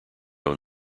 own